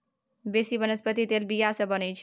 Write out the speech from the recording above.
बेसी बनस्पति तेल बीया सँ बनै छै